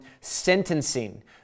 sentencing